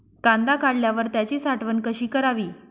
कांदा काढल्यावर त्याची साठवण कशी करावी?